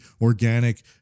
organic